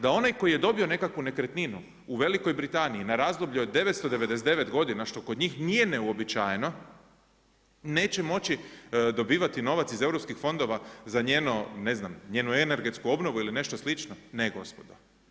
Da onaj koji je dobio nekakvu nekretninu u Velikoj Britaniji na razdoblju od 999 godina što kod njih nije neuobičajeno neće moći dobivati novac iz europskih fondova za njeno, ne znam, njenu energetsku obnovu ili nešto slično, ne gospodo.